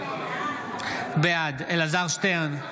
בעד אלעזר שטרן,